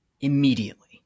immediately